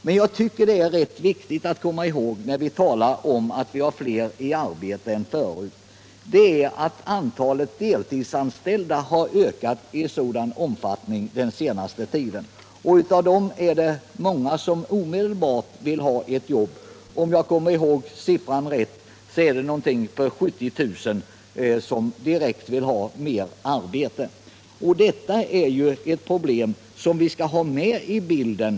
Men jag tycker att det är rätt viktigt att komma ihåg, när vi talar om att vi har fler i arbete än förut, att antalet deltidsanställda har ökat i stor omfattning under den senaste tiden. Av dem är det många som omedelbart vill ha mer arbete. Om jag kommer ihåg siffran rätt rör det sig om 70 000 människor. Detta är ett problem som vi skall ha med i bilden.